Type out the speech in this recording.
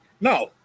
No